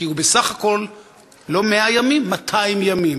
כי הוא בסך הכול לא 100 ימים 200 ימים.